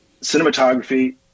cinematography